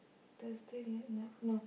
Thursday late night no